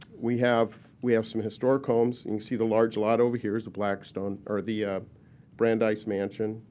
we have we have some historic homes. you can see the large lot over here is the blackstone or the brandeis mansion.